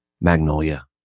Magnolia